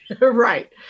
Right